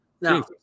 No